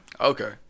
okay